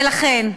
ולכן,